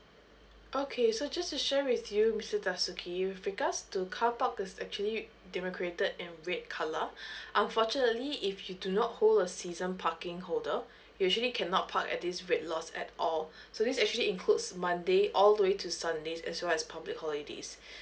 okay so just to share with you mister dasuki with regards to car park that's actually that were created in red colour unfortunately if you do not hold a season parking holder you actually cannot park at this red lots at all so this actually includes monday all the way to sundays as well as public holidays